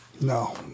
No